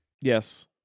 Yes